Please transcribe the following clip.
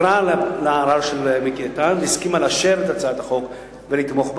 הממשלה נעתרה לערר של מיקי איתן והסכימה לאשר את הצעת החוק ולתמוך בה,